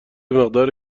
مقدار